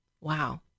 Wow